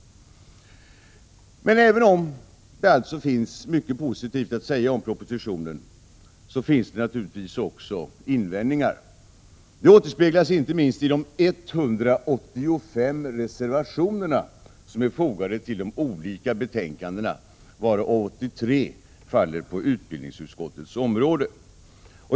Även om det alltså finns mycket positivt att säga om propositionen, finns det naturligtvis också invändningar. Det återspeglas inte minst i de 185 reservationer som är fogade till de olika betänkandena, varav 83 faller på utbildningsutskottets område.